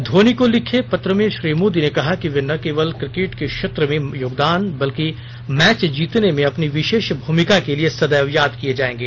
धोनी को लिखे पत्र में श्री मोदी ने कहा कि वे न केवल क्रिकेट के क्षेत्र में योगदान बल्कि मैच जीतने में अपनी विशेष भूमिका के लिए सदैव याद किये जाएंगे